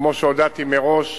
כמו שהודעתי מראש,